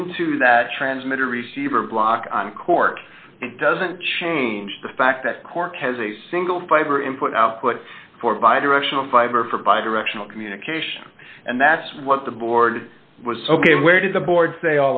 into that transmitter receiver block on cork it doesn't change the fact that cork has a single fiber input output for via directional fiber for bi directional communication and that's what the board was ok where did the bo